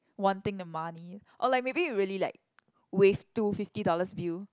wanting the money or like maybe you really like wave two fifty dollars bill